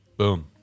Boom